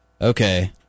Okay